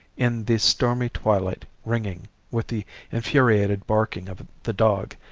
in the stormy twilight ringing with the infuriated barking of the dog,